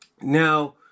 Now